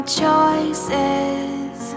choices